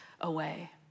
away